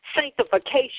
sanctification